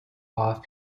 off